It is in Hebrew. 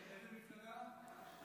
איזו מפלגה?